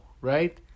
right